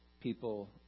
people